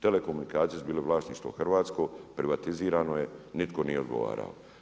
Telekomunikacije su bile vlasništvo hrvatsko, privatizirano je, nitko nije odgovarao.